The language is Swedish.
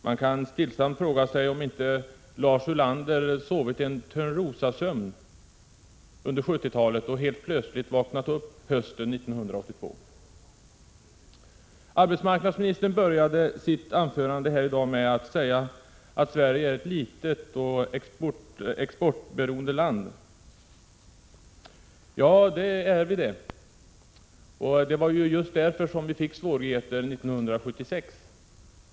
Man kan stillsamt fråga sig om inte Lars Ulander sovit en törnrosasömn under 70-talet och helt plötsligt vaknat upp hösten 1982. Arbetsmarknadsministern började sitt anförande här i dag med att säga att Sverige är ett litet och exportberoende land. Ja, det är vi. Det var just därför 50 vi fick svårigheter 1976.